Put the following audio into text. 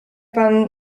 pan